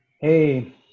Hey